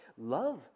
love